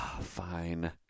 Fine